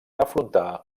afrontar